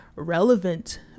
relevant